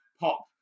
pop